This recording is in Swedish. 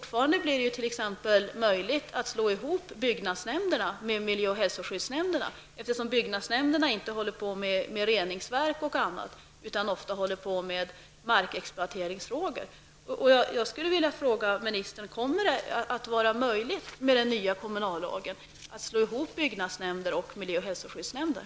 Det skall även i fortsättningen t.ex. bli möjligt att slå ihop byggnadsnämnderna med miljö och hälsoskyddsnämnderna, eftersom byggnadsnämnderna inte håller på med frågor rörande reningsverk och annat utan ofta håller på med markexploateringsfrågor.